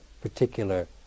particular